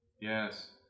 Yes